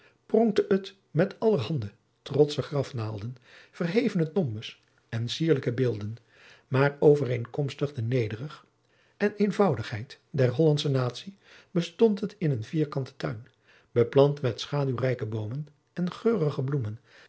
pronkte het met allerhande trotsche grafnaalden verhevene tombes en sierlijke beelden maar overeenkomstig de nederig en eenvoudigheid der hollandsche natie bestond het in een vierkanten tuin beplant met schaduwrijke boomen en geurige bloemen